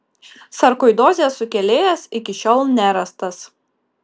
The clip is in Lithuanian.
sarkoidozės sukėlėjas iki šiol nerastas